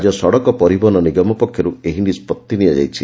ରାଜ୍ୟ ସଡ଼କ ପରିବହନ ନିଗମ ପକ୍ଷରୁ ଏହି ନିଷ୍ବଉି ନିଆଯାଇଛି